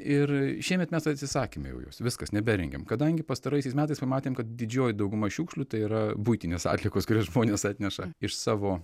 ir šiemet mes atsisakėme jau jos viskas neberengiam kadangi pastaraisiais metais pamatėme kad didžioji dauguma šiukšlių tai yra buitinės atliekos kurias žmonės atneša iš savo